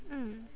mm